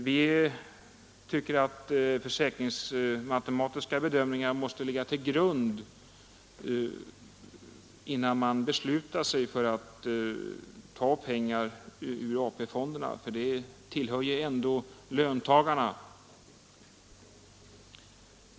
Vi tycker att försäkringsmatematiska bedömningar måste ligga till grund när man beslutar sig för att ta pengar ur AP-fonderna, som ju ändå tillhör löntagarna.